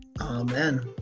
Amen